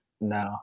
no